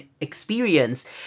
experience